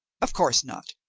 of course not!